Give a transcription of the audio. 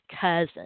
cousin